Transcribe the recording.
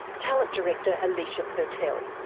talent director alicia purtell.